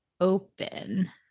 open